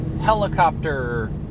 helicopter